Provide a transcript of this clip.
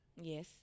Yes